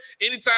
Anytime